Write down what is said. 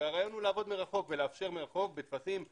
והרעיון הוא לעבוד מרחוק ולאפשר מרחוק בטפסים מקוונים,